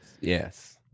yes